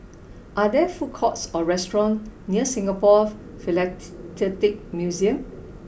are there food courts or restaurant near Singapore Philatelic Museum